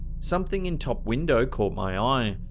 something in top window caught my eye.